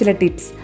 tips